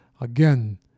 Again